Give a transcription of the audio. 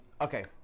okay